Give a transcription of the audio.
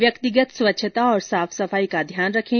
व्यक्तिगत स्वच्छता और साफ सफाई का ध्यान रखें